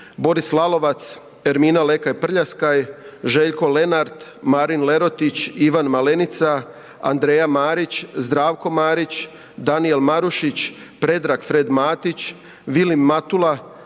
Boris Lalovac, Ermina Lekaj Prljaskaj, Željko Lenart, Marin Lerotić, Ivan Malenica, Andreja Marić, Zdravko Marić, Danijel Marušić, Predrag Fred Matić, Vilim Matula,